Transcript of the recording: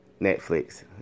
Netflix